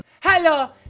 Hello